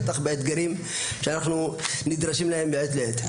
בטח באתגרים שאנחנו נדרשים להם מעת לעת.